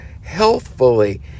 healthfully